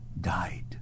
died